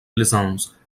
plaisance